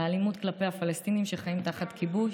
האלימות כלפי הפלסטינים שחיים תחת כיבוש.